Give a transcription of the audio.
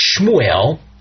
Shmuel